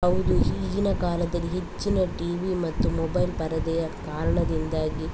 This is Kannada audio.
ಹೌದು ಈಗಿನ ಕಾಲದಲ್ಲಿ ಹೆಚ್ಚಿನ ಟಿವಿ ಮತ್ತು ಮೊಬೈಲ್ ಪರದೆಯ ಕಾರಣದಿಂದಾಗಿ